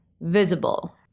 visible